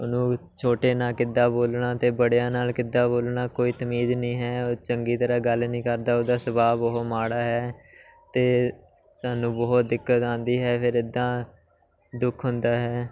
ਉਹਨੂੰ ਛੋਟੇ ਨਾਲ ਕਿੱਦਾਂ ਬੋਲਣਾ ਅਤੇ ਬੜਿਆਂ ਨਾਲ ਕਿੱਦਾਂ ਬੋਲਣਾ ਕੋਈ ਤਮੀਜ਼ ਨਹੀਂ ਹੈ ਉਹ ਚੰਗੀ ਤਰ੍ਹਾਂ ਗੱਲ ਨਹੀਂ ਕਰਦਾ ਉਹਦਾ ਸੁਭਾਅ ਬਹੁਤ ਮਾੜਾ ਹੈ ਅਤੇ ਸਾਨੂੰ ਬਹੁਤ ਦਿੱਕਤ ਆਉਂਦੀ ਹੈ ਫਿਰ ਇੱਦਾਂ ਦੁੱਖ ਹੁੰਦਾ ਹੈ